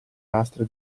lastra